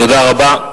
תודה רבה.